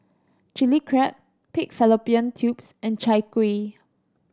Chilli Crab pig fallopian tubes and Chai Kueh